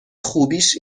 خوبیش